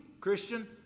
Christian